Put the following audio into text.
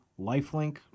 Lifelink